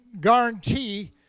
guarantee